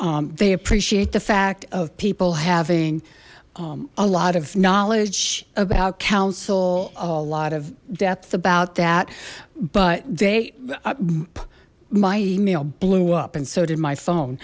they appreciate the fact of people having a lot of knowledge about council a lot of depth about that but they my email blew up and so did my phone